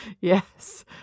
Yes